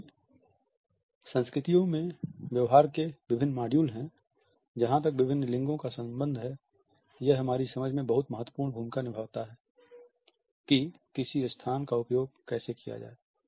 चूंकि संस्कृतियों में व्यवहार के विभिन्न मॉड्यूल हैं जहां तक विभिन्न लिंगों का संबंध है यह हमारी समझ में बहुत महत्वपूर्ण भूमिका निभाता है कि किसी स्थान का उपयोग कैसे किया जाए